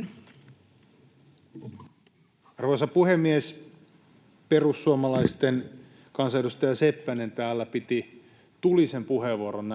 19:01 Content: Arvoisa puhemies! Perussuomalaisten kansanedustaja Seppänen täällä piti tulisen puheenvuoron